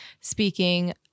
speaking